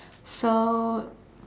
so